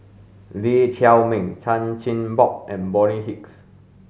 Lee Chiaw Meng Chan Chin Bock and Bonny Hicks